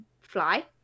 fly